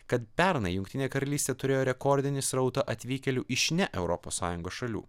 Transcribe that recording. kad pernai jungtinė karalystė turėjo rekordinį srautą atvykėlių iš ne europos sąjungos šalių